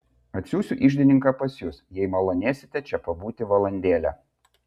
atsiųsiu iždininką pas jus jei malonėsite čia pabūti valandėlę